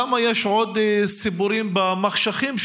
אני תוהה כמה סיפורים יש עוד במחשכים שם,